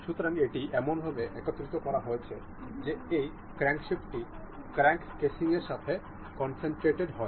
সুতরাং এটি এমনভাবে একত্রিত করা হয়েছে যে এই ক্র্যাঙ্কশ্যাফট টি ক্র্যাঙ্ক কেসিংয়ের সাথে কনসেন্ট্রেটেড হয়